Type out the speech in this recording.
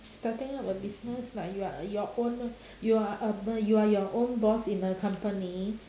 starting up a business like you are your own lor you are a b~ you are your own boss in a company